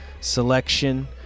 selection